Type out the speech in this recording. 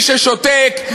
מי ששותק?